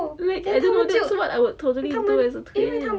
因为 that's what I will totally do as a twin